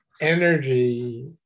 energy